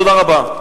תודה רבה.